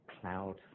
cloud